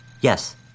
Yes